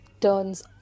turns